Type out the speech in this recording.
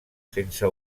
sense